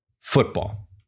football